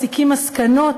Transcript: מסיקים מסקנות